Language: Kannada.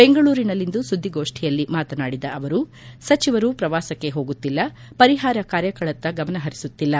ಬೆಂಗಳೂರಿನಲ್ಲಿಂದು ಸುದ್ದಿಗೋಷ್ಟಿಯಲ್ಲಿ ಮಾತನಾಡಿದ ಅವರು ಸಚಿವರು ಪ್ರವಾಸಕ್ಕೆ ಹೋಗುತ್ತಿಲ್ಲ ಪರಿಹಾರ ಕಾರ್ಯಗಳತ್ತ ಗಮನ ಪರಿಸುತ್ತಿಲ್ಲ